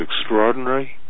extraordinary